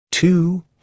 Two